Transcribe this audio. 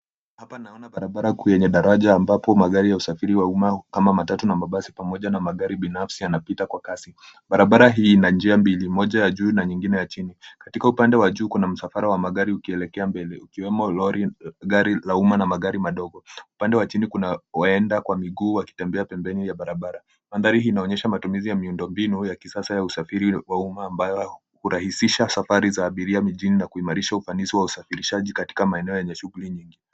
Hapa naona barabara kuu yenye daraja ambapo magari ya usafiri wa umma kama matatu na mabasi pamoja na magari binafsi yanapita kwa kasi. Barabara hii ina njia mbili, moja ya juu na nyingine ya chini. Katika upande wa juu kuna msafara wa magari ukielekea mbele ukiwemo lori, gari la umma na magari madogo. Upande wa chini kuna waenda kwa miguu wakitembea pembeni ya barabara. Mandhari hii inaonyesha matumizi ya miundombinu ya kisasa ya usafiri wa umma ambayo hurahisisha safari za abiria mijini na kuimarisha ufanisi wa usafirishaji katika maeneo yenye shughuli nyingi.